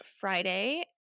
Friday